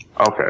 okay